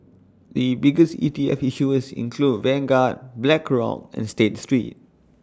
the biggest E T F issuers include Vanguard Blackrock and state street